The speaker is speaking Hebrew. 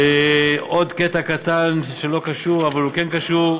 עוד קטע קטן שלא קשור, אבל הוא כן קשור.